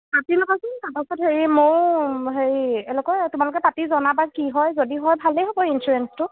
পাতি ল'বাচোন তাৰপাছত হেৰি ময়ো হেৰি এই কি কয় তোমালোকে পাতি জনাবা কি হয় যদি হয় ভালেই হ'ব ইঞ্চুৰেঞ্চটো